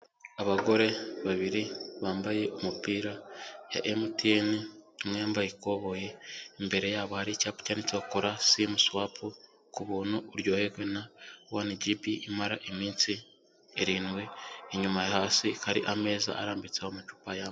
Abagore babiri bambaye umupira ya MTN umwe yambaye ikoboye, imbere yabo hari icyapa cyanditseho kora simu swapu ku buntu uryoherwe na wani GB imara iminsi irindwi, inyuma hasi hari ari ameza arambitseho amacupa y'amazi.